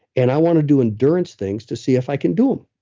and i want to do endurance things to see if i can do them.